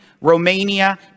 Romania